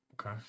Okay